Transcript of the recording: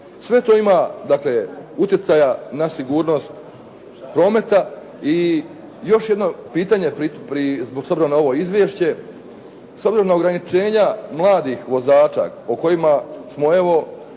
Sve to ima dakle utjecaja na sigurnost prometa. I još jedno pitanje s obzirom na ovo izvješće, s obzirom na ograničenja mladih vozača o kojima smo evo